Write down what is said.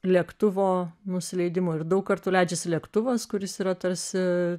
lėktuvo nusileidimu ir daug kartų leidžiasi lėktuvas kuris yra tarsi